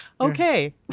Okay